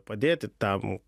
padėti tam